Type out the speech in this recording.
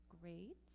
Great